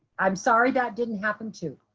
i'm sorry, that didn't happen too.